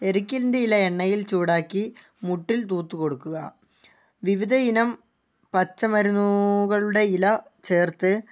എരിക്കിൻ്റെ ഇല എണ്ണയിൽ ചൂടാക്കി മുട്ടിൽ തൂത്തു കൊടുക്കുക വിവിധ ഇനം പച്ചമരുന്നുകളുടെ ഇല ചേർത്ത്